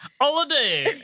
holiday